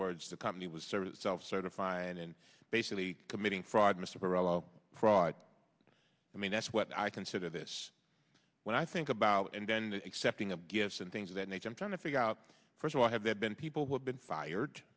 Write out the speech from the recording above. words the company was sort of self certify and in basically committing fraud mr perot fraud i mean that's what i consider this when i think about and then accepting a gift and things of that nature i'm trying to figure out first why have there been people who have been fired